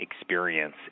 experience